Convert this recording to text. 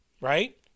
right